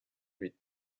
huit